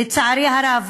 לצערי הרב,